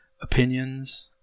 opinions